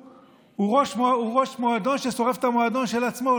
הוא ראש מועדון ששורף את המועדון של עצמו.